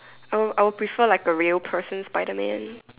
I'll I'll prefer like a real person spider man